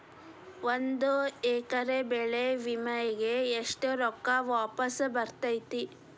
ಒಂದು ಎಕರೆ ಬೆಳೆ ವಿಮೆಗೆ ಎಷ್ಟ ರೊಕ್ಕ ವಾಪಸ್ ಬರತೇತಿ?